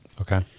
Okay